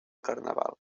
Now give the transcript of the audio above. carnaval